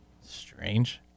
Strange